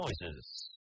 noises